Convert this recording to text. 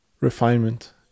refinement